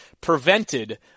prevented